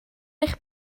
eich